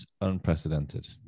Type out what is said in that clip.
Unprecedented